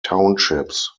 townships